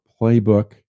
playbook